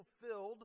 fulfilled